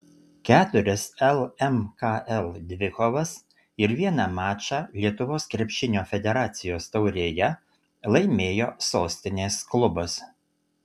keturias lmkl dvikovas ir vieną mačą lietuvos krepšinio federacijos taurėje laimėjo sostinės klubas